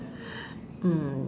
mm